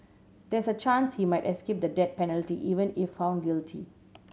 there's a chance he might escape the death penalty even if found guilty